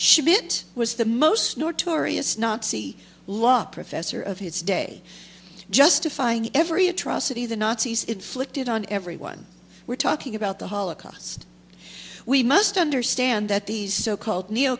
it was the most notorious nazi law professor of his day justifying every atrocity the nazis inflicted on everyone we're talking about the holocaust we must understand that these so called neo